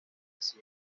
así